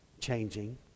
changing